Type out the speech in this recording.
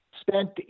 spent